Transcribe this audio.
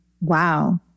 Wow